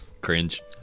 Cringe